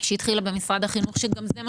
שהתחילה במשרד החינוך, שגם זה משמעותי.